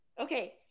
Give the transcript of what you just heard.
Okay